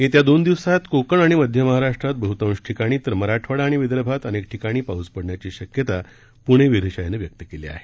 येत्या दोन दिवसात कोकण आणि मध्य महाराष्ट्रात बहुतांश ठिकाणी तर मराठवाडा आणि विदर्भात अनेक ठिकाणी पाऊस पडण्याची शक्यता पूणे वेधशाळेनं व्यक्त केली आहे